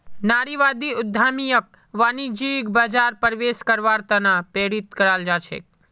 नारीवादी उद्यमियक वाणिज्यिक बाजारत प्रवेश करवार त न प्रेरित कराल जा छेक